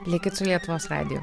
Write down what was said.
likit su lietuvos radiju